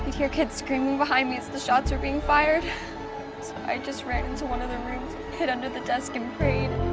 hear kids screaming behind me, as the shots were being fired, so i just ran into one of the rooms, hid under the desk and prayed.